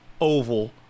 oval